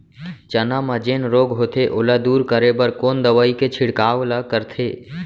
चना म जेन रोग होथे ओला दूर करे बर कोन दवई के छिड़काव ल करथे?